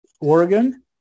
Oregon